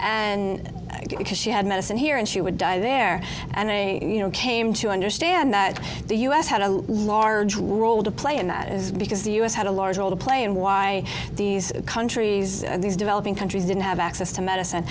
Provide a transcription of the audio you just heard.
and because she had medicine here and she would die there and i came to understand that the us had a large role to play and that is because the us had a large role to play in why these countries these developing countries didn't have access to medicine